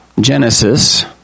Genesis